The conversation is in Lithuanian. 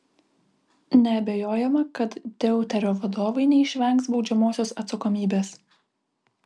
neabejojama kad deuterio vadovai neišvengs baudžiamosios atsakomybės